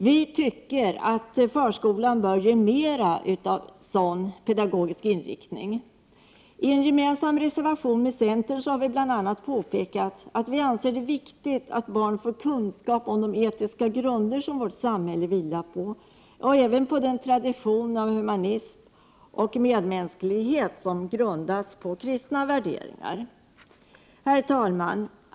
Vi tycker att förskolan bör ha mera av sådan pedagogisk inriktning. 109 I en reservation vi har gemensam med centern har vi bl.a. påpekat att vi anser det vara viktigt att barn får kunskap om de etiska grunder vårt samhälle vilar på och även om den tradition av humanism och medmänsklighet som grundas på kristna värderingar. Herr talman!